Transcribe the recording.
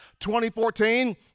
2014